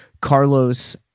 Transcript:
carlos